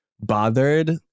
bothered